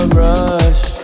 rush